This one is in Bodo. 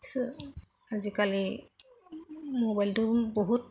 आजिखालि मबाइलजों बहुद